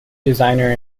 designer